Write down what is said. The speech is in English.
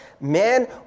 man